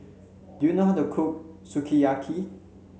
do you know how to cook Sukiyaki